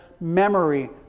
memory